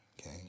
okay